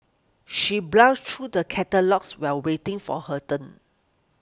she browsed through the catalogues while waiting for her turn